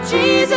Jesus